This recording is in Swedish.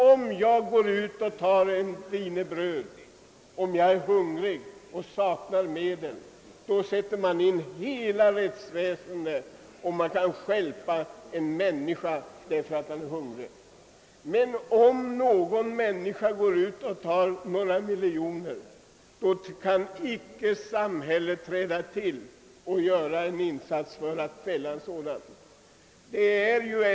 Om någon är hungrig och saknar medel tillgriper han kanske ett wienerbröd, och då kopplas hela rättsväsendet på. Därmed ödelägger man måhände den människans hela liv. Men om en annan person lurar åt sig några miljoner, kan samhället inte ställa honom till svars för det.